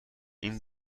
این